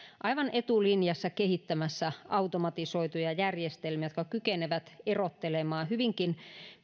aivan etulinjassa kehittämässä automatisoituja järjestelmiä jotka kykenevät erottelemaan hyvinkin